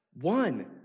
One